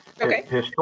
Okay